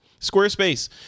squarespace